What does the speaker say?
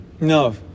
No